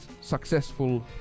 successful